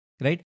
right